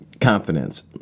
confidence